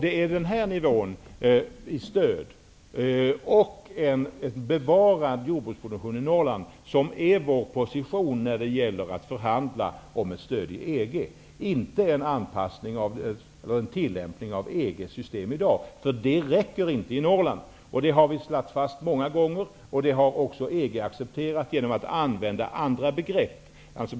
Det är denna nivå för stöd och för en bevarad jordbruksproduktion i Norrland som är vår position vid förhandlingarna om stöd i EG, och inte en anpassning till tillämpningen av EG:s system som det är utformat i dag, därför att det räcker inte i Norrland. Detta har vi fastslagit många gånger, vilket EG också har accepterat genom att använda andra begrepp.